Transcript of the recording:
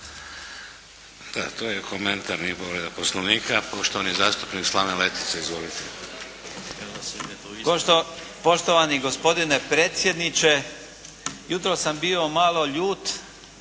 Da, to je komentar, nije povreda poslovnika. Poštovani zastupnik Slaven Letica. Izvolite. **Letica, Slaven (Nezavisni)** Poštovani gospodine predsjedniče, jutros sam bio malo ljut